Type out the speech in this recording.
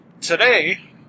Today